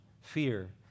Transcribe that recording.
fear